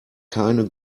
keine